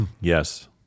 Yes